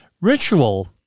Ritual